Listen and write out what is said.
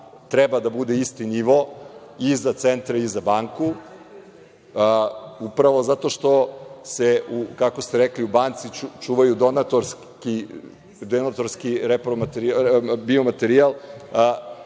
treba da bude isti nivo i za centre i za banku upravo zato što se, kako ste rekli u banci čuvaju donatorski biomaterijal.